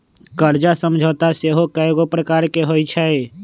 कर्जा समझौता सेहो कयगो प्रकार के होइ छइ